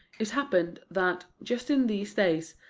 it happened that, just in these days,